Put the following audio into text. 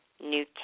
New